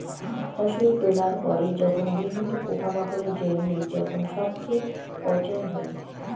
ফসল তোলার পরে যখন বিভিন্ন পোকামাকড়ের জইন্য যখন সবচেয়ে পচন হই